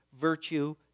virtue